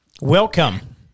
Welcome